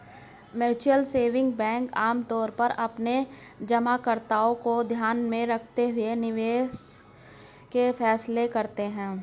mutual saving bank आमतौर पर अपने जमाकर्ताओं को ध्यान में रखते हुए निवेश के फैसले करते हैं